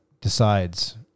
decides